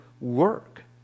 work